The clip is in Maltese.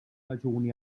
raġuni